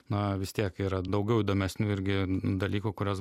na vis tiek yra daugiau įdomesnių irgi dalykų kuriuos